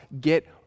get